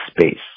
space